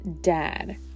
dad